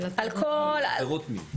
עבירות מין.